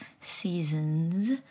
seasons